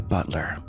Butler